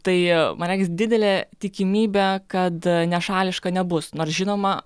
tai man regis didelė tikimybė kad nešališka nebus nors žinoma